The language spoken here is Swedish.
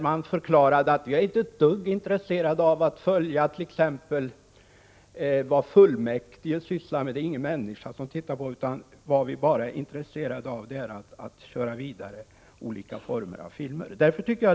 Vi är inte ett dugg intresserade av att följa t.ex. vad kommunfullmäktige sysslar med, sade man där, för det är det ingen människa som tittar på, utan vad vi är intresserade av är att köra vidare med filmer av olika slag.